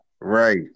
Right